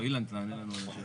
אילן, תענה לנו על השאלה.